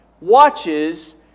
watches